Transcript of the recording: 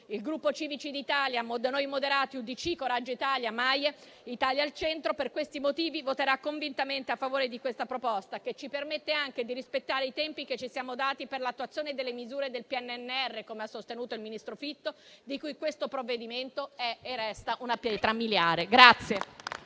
Il Gruppo Civici d'Italia-Noi Moderati (UDC-Coraggio Italia -Noi con l'Italia-Italia al Centro)-MAIE per questi motivi voterà convintamente a favore di questa proposta, che ci permette anche di rispettare i tempi che ci siamo dati per l'attuazione delle misure del PNRR, come ha sostenuto il ministro Fitto, di cui questo provvedimento è e resta una pietra miliare.